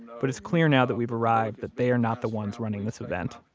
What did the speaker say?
but it's clear now that we've arrived that they are not the ones running this event.